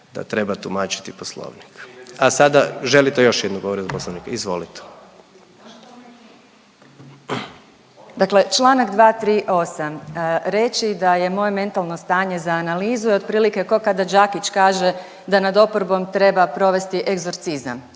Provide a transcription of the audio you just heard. da treba tumačiti poslovnik. A sada želite još jednu povredu poslovnika? Izvolite. **Orešković, Dalija (Stranka s imenom i prezimenom)** Dakle, čl. 238. reći da je moje mentalno stanje za analizu je otprilike ko kada Đakić kaže da nad oporbom treba provesti egzorcizam